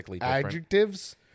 adjectives